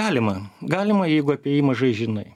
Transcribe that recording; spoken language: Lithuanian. galima galima jeigu apie jį mažai žinai